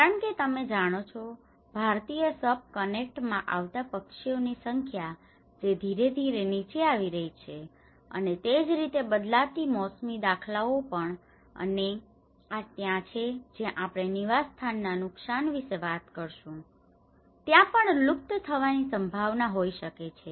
કારણ કે તમે જાણો છો ભારતીય સબકન્ટેન્ટ માં આવતા પક્ષીઓની સંખ્યા જે ધીરે ધીરે નીચે આવી રહી છે અને તે જ રીતે બદલાતી મોસમી દાખલાઓ પણ અને આ ત્યાં છે જ્યાં આપણે નિવાસસ્થાનના નુકસાન વિશે વાત કરીશું ત્યાં પણ લુપ્ત થવાની સંભાવના હોઈ શકે છે